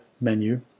menu